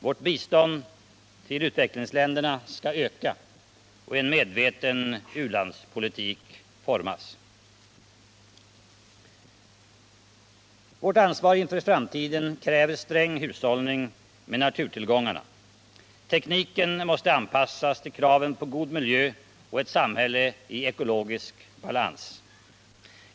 Vårt bistånd till u-länderna skall öka och en medveten u-landspolitik formas. Vårt ansvar inför framtiden kräver sträng hushållning med naturtillgångarna. Tekniken måste anpassas till kraven på god miljö och ett samhälle i ekologisk balans.